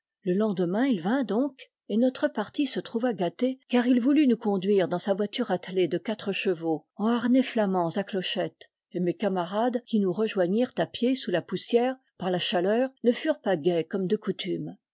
le lendemain il vint donc et notre partie se trouva gâtée car il voulut nous conduire dans sa voiture attelée de quatre chevaux en harnais flamands à clochettes et mes camarades qui nous rejoignirent à pied sous la poussière par la chaleur ne furent pas gais comme de coutume